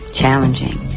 challenging